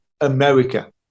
America